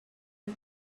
for